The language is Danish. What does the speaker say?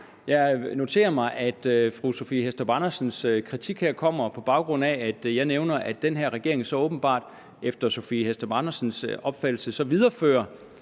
Jeg noterer mig, at fru Sophie Hæstorp Andersens kritik kommer på baggrund af, at jeg nævner, at den her regering åbenbart, efter fru Sophie Hæstorp Andersens opfattelse, viderefører,